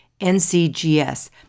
NCGS